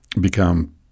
become